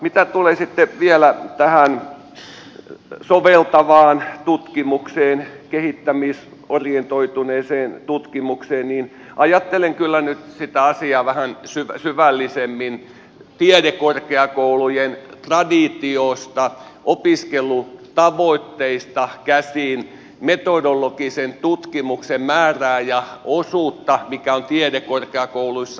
mitä tulee sitten vielä tähän soveltavaan tutkimukseen kehittämisorientoituneeseen tutkimukseen niin ajattelen kyllä nyt sitä asiaa vähän syvällisemmin tiedekorkeakoulujen traditiosta opiskelutavoitteista käsin metodologisen tutkimuksen määrää ja osuutta mikä on tiedekorkeakouluissa